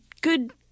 good